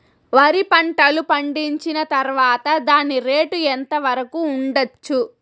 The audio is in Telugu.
వరి పంటలు పండించిన తర్వాత దాని రేటు ఎంత వరకు ఉండచ్చు